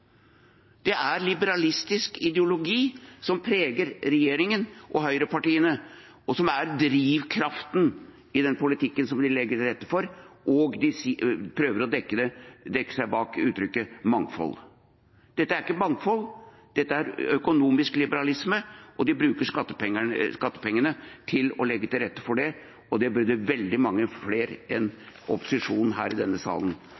Det er liberalistisk ideologi som preger regjeringen og høyrepartiene, og som er drivkraften i den politikken de legger til rette for. De prøver å dekke seg bak uttrykket «mangfold». Dette er ikke mangfold. Dette er økonomisk liberalisme, og de bruker skattepengene til å legge til rette for det. Det burde veldig mange flere enn opposisjonen i denne salen